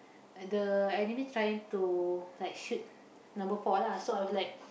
the enemy trying to like shoot number four lah so I was like